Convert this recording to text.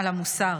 על המוסר,